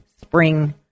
spring